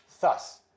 thus